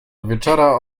wieczora